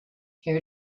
hair